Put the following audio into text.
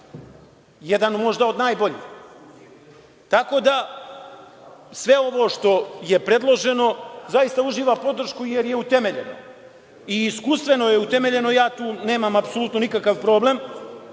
jedan možda od najboljih. Tako da, sve ovo što je predloženo, zaista uživa podršku jer je utemeljeno i iskustveno je utemeljeno, ja tu nemam apsolutno nikakav problem.